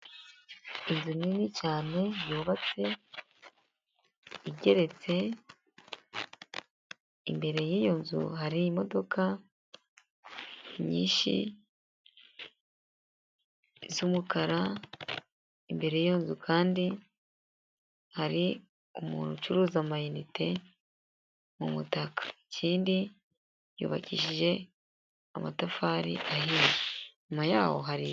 Inzu nini cyane yubatse igeretse, imbere y'iyo nzu hari imodoka nyinshi z'umukara, imbere y'iyo nzu kandi hari umuntu ucuruza amayinite mu mutaka, ikindi yubakishije amatafari ahiye, inyuma yaho hari.